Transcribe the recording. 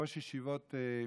ראש ישיבות,